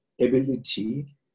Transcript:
ability